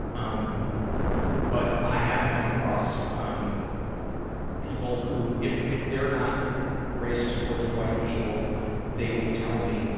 um but i have come across um people who if if they're not racist towards white people they will tell me,